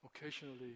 occasionally